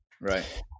Right